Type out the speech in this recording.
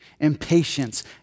impatience